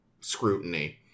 scrutiny